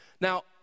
Now